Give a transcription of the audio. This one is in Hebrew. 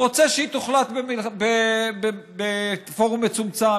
רוצה שהיא תוחלט בפורום מצומצם,